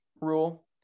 rule